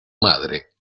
madre